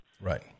Right